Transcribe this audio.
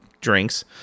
drinks